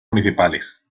municipales